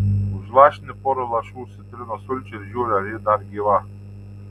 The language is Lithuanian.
užlašini porą lašų citrinos sulčių ir žiūri ar ji dar gyva